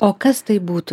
o kas tai būtų